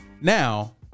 Now